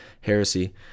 heresy